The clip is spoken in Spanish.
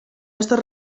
estos